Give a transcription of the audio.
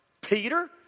Peter